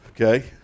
Okay